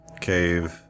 cave